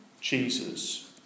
Jesus